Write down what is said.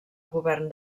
govern